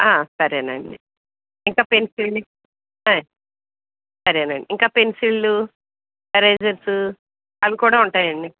సరేనండి ఇంకా పెన్సిల్ సరేనండి ఇంకా పెన్సిల్లు ఎరేజర్సు అవికూడా ఉంటాయండి